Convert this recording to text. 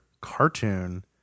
cartoon